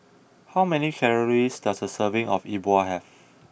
how many calories does a serving of E Bua have